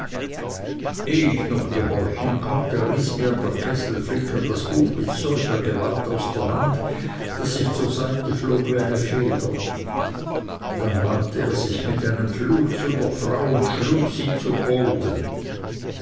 ich noch gehorchen konnte riß mir der kesselflicker das tuch mit solcher gewalt aus der hand daß ich zur seite flog wie eine feder dann wandte er sich mit einem fluch zu der frau und schlug sie zu boden